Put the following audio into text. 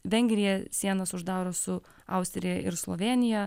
vengrija sienas uždaro su austrija ir slovėnija